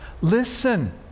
Listen